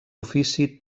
ofici